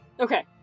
Okay